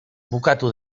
bukatu